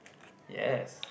yes